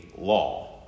Law